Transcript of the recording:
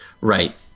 right